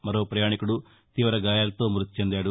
మరో ప్రయాణికుడు త్వీవ గాయాలతో మృతి చెందాడు